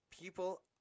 People